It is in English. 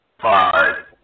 Five